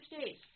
States